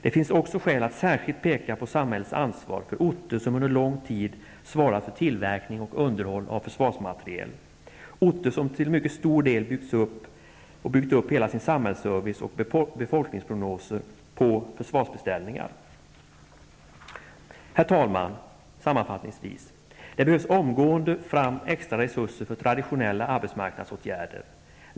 Det finns också skäl att särskilt peka på samhällets ansvar för de orter som under lång tid svarat för tillverkning och underhåll av försvarsmateriel, orter som till mycket stor del byggt hela samhällsservicen och befolkningsprognoserna på försvarsbeställningar. Herr talman! Sammanfattningsvis: Det behöver omedelbart tas fram extra resurser för traditionella arbetsmarknadsåtgärder.